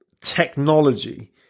technology